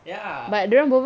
ya